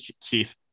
Keith